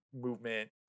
movement